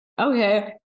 Okay